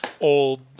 old